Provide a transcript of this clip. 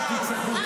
תצעקו,